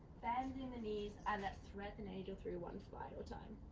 bending the knees and let's thread the needle through one final time.